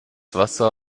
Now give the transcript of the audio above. wasser